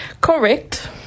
Correct